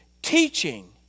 teaching